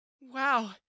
wow